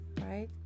right